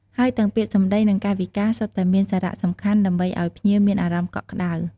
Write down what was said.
ហើយទាំងពាក្យសម្ដី និងកាយវិការសុទ្ធតែមានសារៈសំខាន់ដើម្បីឱ្យភ្ញៀវមានអារម្មណ៍កក់ក្តៅ។